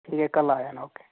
ठीक है कल आ जाना ओके